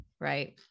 right